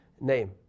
name